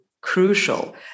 crucial